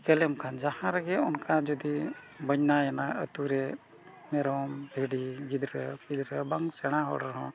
ᱴᱷᱤᱠᱟᱹ ᱞᱮᱢᱠᱷᱟᱱ ᱡᱟᱦᱟᱸ ᱨᱮᱜᱮ ᱚᱱᱠᱟ ᱡᱩᱫᱤ ᱵᱚᱭᱱᱟᱭᱮᱱᱟ ᱟᱛᱳᱨᱮ ᱢᱮᱨᱚᱢ ᱵᱷᱤᱰᱤ ᱜᱤᱫᱽᱨᱟᱹᱼᱯᱤᱫᱽᱨᱟᱹ ᱵᱟᱝ ᱥᱮᱬᱟ ᱦᱚᱲ ᱨᱮᱦᱚᱸ